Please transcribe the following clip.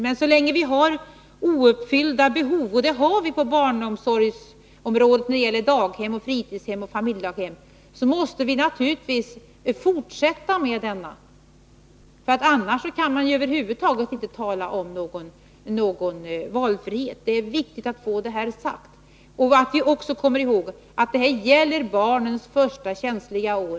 Men så länge vi har ouppfyllda behov på barnomsorgens område — och det har vi när det gäller daghem, fritidshem och familjedaghem — måste vi naturligtvis fortsätta att bygga ut den, för annars kan man ju över huvud taget inte tala om någon valfrihet. — Det är viktigt att få det här sagt. Vi skall också komma ihåg att det här gäller barn i sina första, känsliga år.